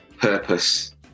purpose